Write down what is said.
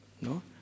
No